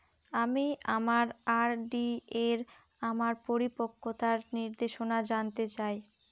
আমি আমার আর.ডি এর আমার পরিপক্কতার নির্দেশনা জানতে চাই